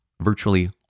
virtually